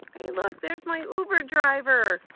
hey look, there's my uber driver!